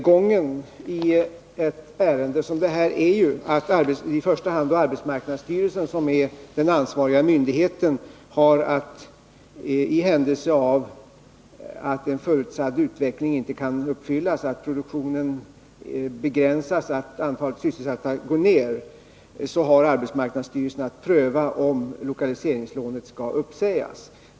Gången i ett ärende som det här är att i första hand arbetsmarknadsstyrelsen, som är den ansvariga myndigheten, har att — i den händelse utvecklingen inte blir den förutsedda, om produktionen begränsas eller antalet sysselsatta går ned — pröva om lokaliseringslånet skall uppsägas.